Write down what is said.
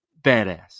badass